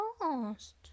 lost